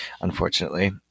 unfortunately